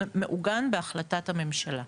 זה מעוגן בהחלטת הממשלה.